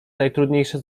najtrudniejsze